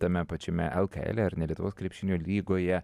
tame pačiame elkaele ar ne lietuvos krepšinio lygoje